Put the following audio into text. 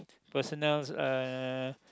personals uh